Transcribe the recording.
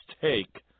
take